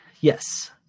Yes